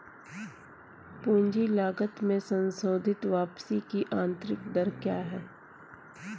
पूंजी लागत में संशोधित वापसी की आंतरिक दर क्या है?